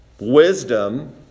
Wisdom